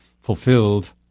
fulfilled